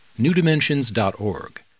newdimensions.org